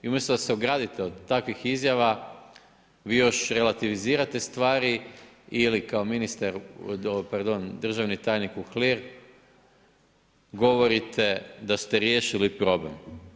I umjesto da se ogradite od takvih izjava vi još relativizirate stvari ili kao ministar, pardon državni tajnik Uhlir govorite da ste riješili problem.